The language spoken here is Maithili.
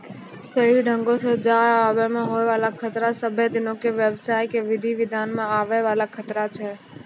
सही ढंगो से जाय आवै मे होय बाला खतरा सभ्भे दिनो के व्यवसाय के विधि विधान मे आवै वाला खतरा छै